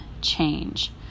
change